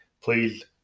please